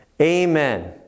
Amen